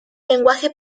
lenguaje